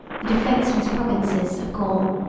the defenceless provinces of gaul.